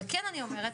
אבל כן אני אומרת,